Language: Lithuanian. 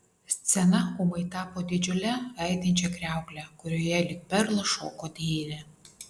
scena ūmai tapo didžiule aidinčia kriaukle kurioje lyg perlas šoko deivė